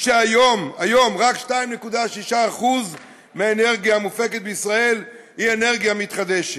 היום רק 2.6% מהאנרגיה המופקת בישראל היא אנרגיה מתחדשת,